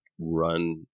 run